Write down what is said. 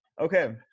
Okay